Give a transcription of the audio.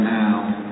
now